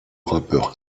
rappeur